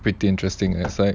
pretty interesting as like